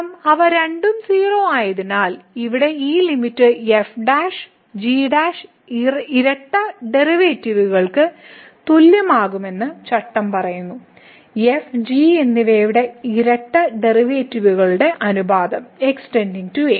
കാരണം അവ രണ്ടും 0 ആയതിനാൽ ഇവിടെ ഈ ലിമിറ്റ് f g ഇരട്ട ഡെറിവേറ്റീവുകൾക്ക് തുല്യമാകുമെന്ന് ചട്ടം പറയുന്നു f g എന്നിവയുടെ ഇരട്ട ഡെറിവേറ്റീവുകളുടെ അനുപാതം x → a